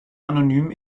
anonymen